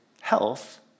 health